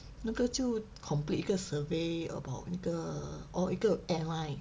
那个就 complete 一个 survey about 那个 or 一个 airline